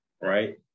right